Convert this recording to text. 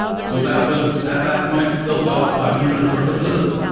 so that was at that point still about five hundred services.